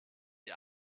die